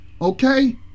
Okay